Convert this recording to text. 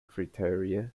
criteria